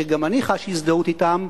שגם אני חש הזדהות אתם,